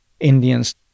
Indians